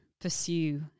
pursue